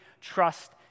trust